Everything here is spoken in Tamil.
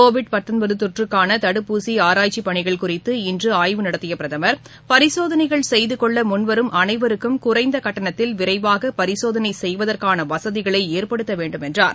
கோவிட் தொற்றுக்கான தடுப்பூசி ஆராய்ச்சி பணிகள் குறித்து இன்று ஆய்வு நடத்திய பிரதமர் பரிசோதனைகள் செய்து கொள்ள முன்வரும் அனைவருக்கும் குறைந்த கட்டணத்தில் விரைவாக பரிசோதனை செய்வதற்கான வசதிகளை ஏற்படுத்த வேண்டும் என்றார்